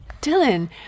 dylan